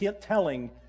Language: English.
telling